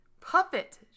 Puppet